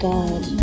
God